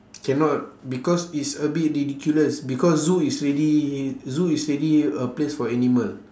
cannot because it's a bit ridiculous because zoo is already zoo is already a place for animal